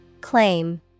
Claim